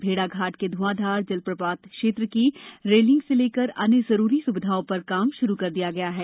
भेड़ाघाट के ध्ंआधार जलप्रपात क्षेत्र की रेलिंग से लेकर अन्य जरूरी सुविधओं पर काम शुरू कर दिया गया है